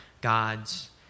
God's